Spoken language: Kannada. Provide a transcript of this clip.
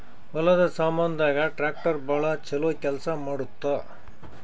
ಹೊಲದ ಸಾಮಾನ್ ದಾಗ ಟ್ರಾಕ್ಟರ್ ಬಾಳ ಚೊಲೊ ಕೇಲ್ಸ ಮಾಡುತ್ತ